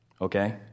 okay